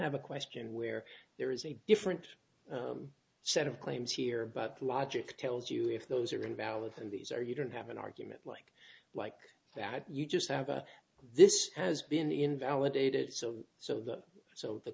have a question where there is a different set of claims here but the logic tells you if those are invalid and these are you don't have an argument like like that you just have this has been invalidated so so that so the